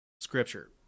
scripture